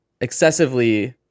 excessively